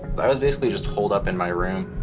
i was basically just holed up in my room.